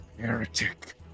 Heretic